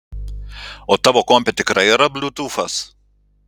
o tavo kompe tikrai yra bliutūfas